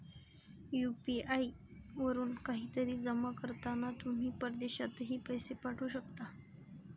UPI वरून काहीतरी जमा करताना तुम्ही परदेशातही पैसे पाठवू शकता